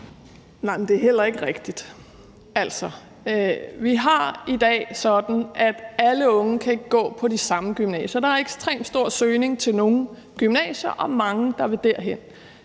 Nej, men det er heller ikke rigtigt. Altså, vi har det i dag sådan, at alle unge ikke kan gå på de samme gymnasier. Der er ekstremt stor søgning til nogle gymnasier, og det betyder, der er